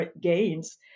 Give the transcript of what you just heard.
gains